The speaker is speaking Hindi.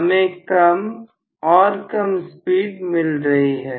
हमें कम और कम स्पीड मिल रही है